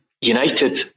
United